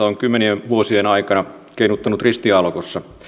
on kymmenien vuosien aikana keinuttanut ristiaallokossa